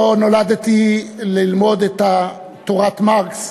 לא נולדתי ללמוד את תורת מרקס,